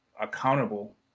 accountable